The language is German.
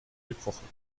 gekrochen